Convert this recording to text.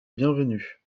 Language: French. bienvenu